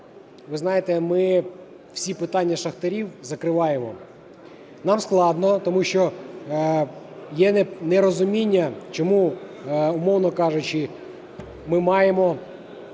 Ви знаєте, ми всі питання шахтарів закриваємо. Нам складно, тому що є нерозуміння, чому, умовно кажучи, ми маємо